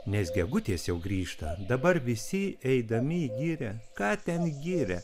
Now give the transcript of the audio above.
nes gegutės jau grįžta dabar visi eidami į girią ką ten į girią